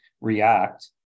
react